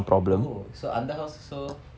oh so அந்த:andtha house also